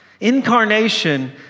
Incarnation